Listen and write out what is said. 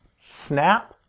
snap